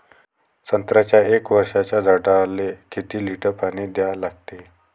संत्र्याच्या एक वर्षाच्या झाडाले किती लिटर पाणी द्या लागते?